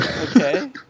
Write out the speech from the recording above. Okay